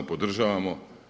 Podržavamo!